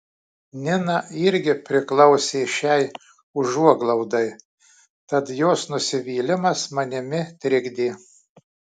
nina irgi priklausė šiai užuoglaudai tad jos nusivylimas manimi trikdė